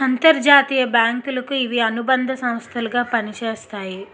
అంతర్జాతీయ బ్యాంకులకు ఇవి అనుబంధ సంస్థలు గా పనిచేస్తాయి